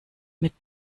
mit